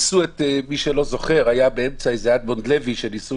באמצע היה מישהו בשם אדמונד לוי וניסו